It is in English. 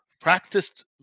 practiced